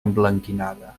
emblanquinada